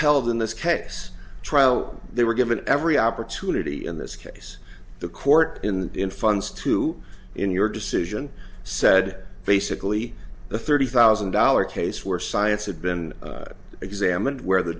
held in this case trial they were given every opportunity in this case the court in in funds to in your decision said basically the thirty thousand dollars case where science had been examined where the